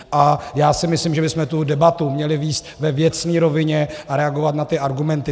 A já si myslím, že bychom tu debatu měli vést ve věcné rovině a reagovat na ty argumenty.